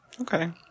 Okay